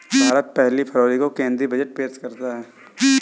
भारत पहली फरवरी को केंद्रीय बजट पेश करता है